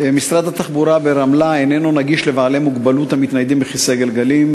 משרד התחבורה ברמלה איננו נגיש לבעלי מוגבלות המתניידים בכיסא גלגלים.